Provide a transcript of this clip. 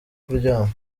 kuryama